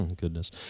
Goodness